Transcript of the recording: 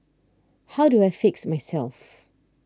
how do I fix myself